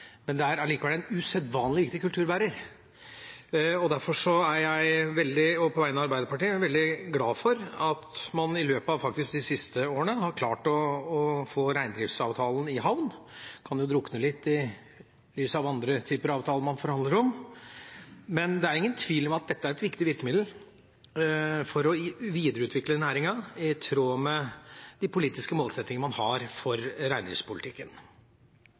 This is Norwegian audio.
Men det er allikevel en usedvanlig viktig kulturbærer, og derfor er jeg – også på vegne av Arbeiderpartiet – veldig glad for at man i løpet av faktisk de siste årene har klart å få reindriftsavtalen i havn. Det kan drukne litt i lys av andre typer avtaler man forhandler om, men det er ingen tvil om at dette er et viktig virkemiddel for å videreutvikle næringen i tråd med de politiske målsettingene man har for